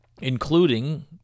including